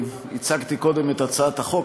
הצגתי קודם את הצעת החוק,